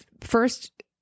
First